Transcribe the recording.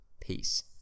Peace